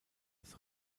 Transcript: des